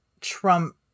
Trump